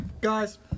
Guys